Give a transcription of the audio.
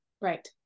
Right